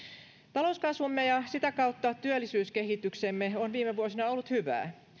talouskasvumme ja sitä kautta työllisyyskehityksemme on viime vuosina ollut hyvää